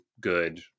good